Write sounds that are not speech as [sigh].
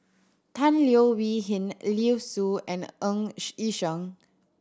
Tan Leo Wee Hin Liu Sue and Ng [unintelligible] Yi Sheng